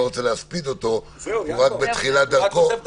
רוצה להספיד אותו הוא רק בתחילת דרכו.